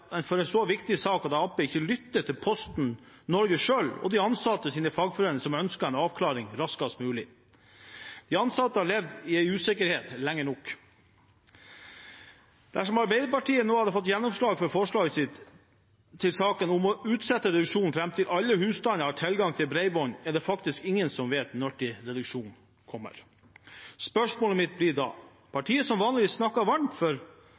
for en så viktig sak at Arbeiderpartiet ikke lytter til Posten Norge selv og de ansattes fagforeninger, som ønsker en avklaring raskest mulig. De ansatte har levd i en usikkerhet lenge nok. Dersom Arbeiderpartiet nå hadde fått gjennomslag for forslaget sitt i saken, om å utsette reduksjonen fram til alle husstander har tilgang til bredbånd, er det faktisk ingen som ville vite når reduksjonen kommer. Spørsmålet mitt blir da, til partiet som vanligvis snakker varmt for